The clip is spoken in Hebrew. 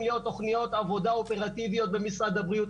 להיות תוכניות עבודה אופרטיביות במשרד הבריאות.